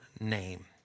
name